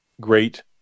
great